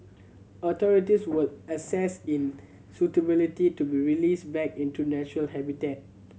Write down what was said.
authorities will assess in suitability to be released back into natural habitat